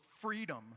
freedom